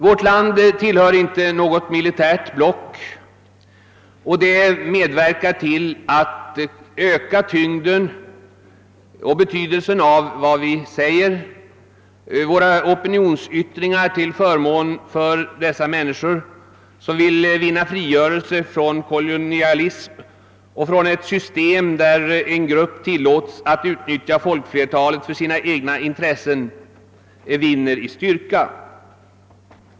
Vårt land tillhör inte något militärt block, och detta medverkar till att öka tyngden och betydelsen av vad vi säger. Våra opinionsyttringar till förmån för dessa människor, som vill vinna frigörelse från kolonialism och från ett system, där en grupp tillåts att utnyttja folkflertalet för sina egna intressen, vinner i styrka.